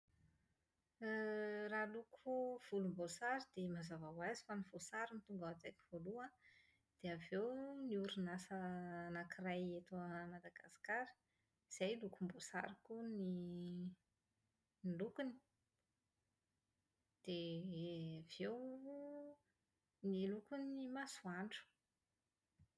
Raha loko volomboasary dia mazava ho azy fa ny voasary no tonga ao an-tsaiko voaloha, dia avy eo ny orinasa anakiray eto Madagasikara izay lokomboasary koa ny lokony. Dia avy eo ny lokon'ny masoandro.